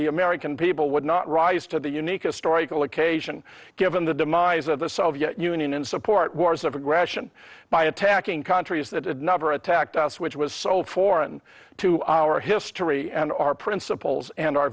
the american people would not rise to the unique historical occasion given the demise of the soviet union and support wars of aggression by attacking countries that had never attacked us which was so foreign to our history and our principles and our